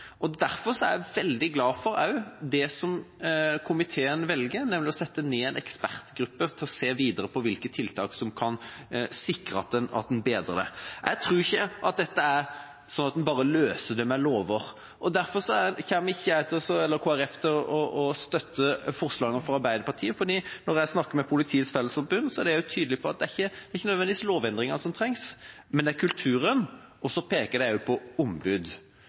alvor. Derfor er jeg veldig glad for også det som komiteen velger, nemlig å sette ned en ekspertgruppe til å se videre på hvilke tiltak som kan sikre at en bedrer det. Jeg tror ikke at det er sånn at en bare løser det med lover. Derfor kommer ikke Kristelig Folkeparti til å støtte forslagene fra Arbeiderpartiet, Senterpartiet og Sosialistisk Venstreparti, for når jeg snakker med Politiets Fellesforbund, er de også tydelige på at det er ikke nødvendigvis lover som må endres, men det er kulturen, og så peker de også på ombud.